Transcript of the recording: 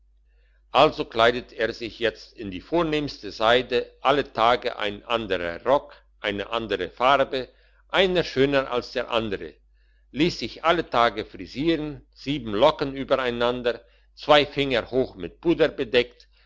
also kleidet er sich jetzt in die vornehmste seide alle tage ein anderer rock eine andere farbe einer schöner als der andere liess sich alle tage frisieren sieben locken übereinander zwei finger hoch mit puder bedeckt